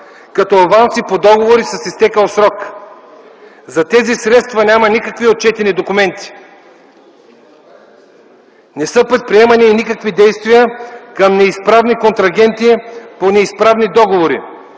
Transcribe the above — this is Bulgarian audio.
като аванси по договори с изтекъл срок. За тези средства няма никакви отчетени документи. Пето, не са предприемани никакви действия към неизправни контрагенти по неизправни договори.